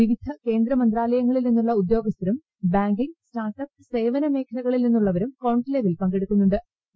വിവിധ കേന്ദ്ര മന്ത്രാലയങ്ങളിൽ നിന്നുള്ള ഉദ്യോഗസ്ഥരും ബാങ്കിംഗ് സ്റ്റാർട്ട് അപ് സേവനം മേഖലകളിൽ നിന്നുള്ളവരും കോൺക്ലേവിൽ പങ്കെടുക്കുന്നു ്